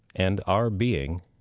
and are being,